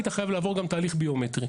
היית חייב לעבור גם תהליך ביומטרי.